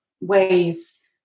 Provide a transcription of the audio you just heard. ways